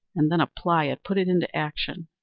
and then apply it, put it into action.